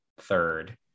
third